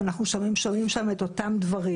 ואנחנו שומעים שם את אותם דברים.